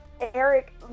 Eric